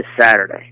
Saturday